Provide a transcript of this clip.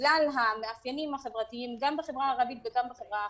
בגלל המאפיינים החברתיים בחברה הערבית ובחברה החרדית.